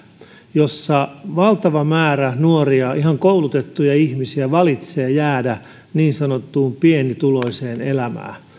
jossa valtava määrä nuoria ihan koulutettuja ihmisiä valitsee jäädä niin sanottuun pienituloiseen elämään ja